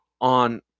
on